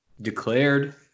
declared